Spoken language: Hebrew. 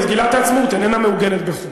מגילת העצמאות איננה מעוגנת בחוק.